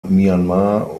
myanmar